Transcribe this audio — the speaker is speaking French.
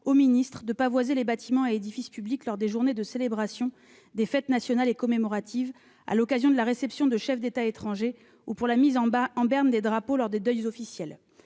aux ministres pour le pavoisement des bâtiments et édifices publics, lors des journées de célébration des fêtes nationales et commémoratives, à l'occasion de la réception de chefs d'État étrangers ou pour la mise en berne des drapeaux lors de deuils officiels.